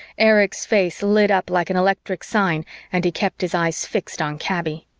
erich's face lit up like an electric sign and he kept his eyes fixed on kaby.